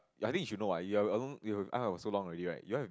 I think you should know what you are alone un~ for so long already right you all have